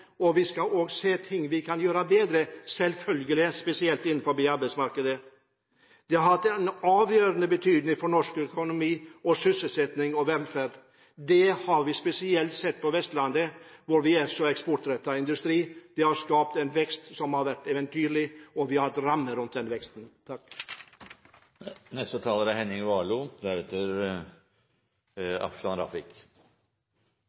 og vi skal selvfølgelig også se ting vi kan gjøre bedre, spesielt innenfor arbeidsmarkedet. Det har hatt en avgjørende betydning for norsk økonomi, sysselsetting og velferd. Det har vi spesielt sett på Vestlandet, hvor det er mye eksportrettet industri. Vi har skapt en vekst som har vært eventyrlig, og vi har hatt rammer rundt den veksten.